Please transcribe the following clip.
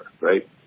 right